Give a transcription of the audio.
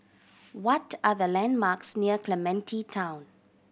what are the landmarks near Clementi Town